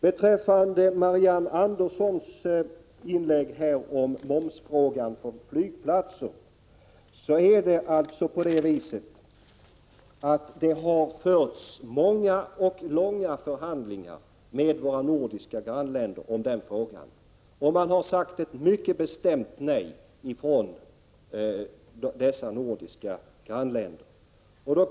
Beträffande Marianne Anderssons inlägg när det gäller frågan om erläggande av moms på flygplatser vill jag säga att det har förts många och långa förhandlingar med våra nordiska grannländer om den saken. Våra nordiska grannländer har därvid sagt ett mycket bestämt nej.